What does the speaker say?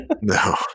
No